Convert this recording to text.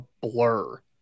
blur